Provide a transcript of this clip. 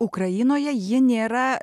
ukrainoje ji nėra